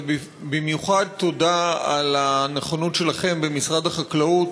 ובמיוחד תודה על הנכונות שלכם במשרד החקלאות